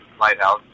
Lighthouse